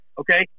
Okay